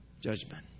Judgment